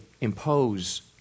impose